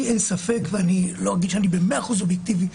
לי אין ספק אני לא אגיד שאני אובייקטיבי במאה אחוזים